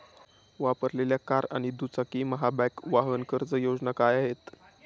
वापरलेल्या कार आणि दुचाकीसाठी महाबँक वाहन कर्ज योजना काय आहे?